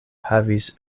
havis